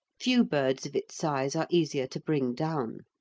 few birds of its size are easier to bring down.